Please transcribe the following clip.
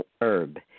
herb